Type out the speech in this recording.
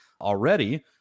already